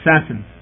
assassins